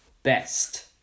Best